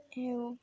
ହେଉ